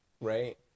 right